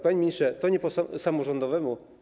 Panie ministrze, to nie po samorządowemu.